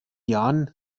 jahren